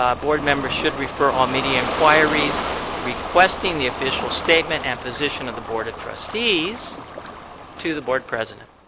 um board members should require all media inquiries requesting the official statement and position of the board of trustees to the board president.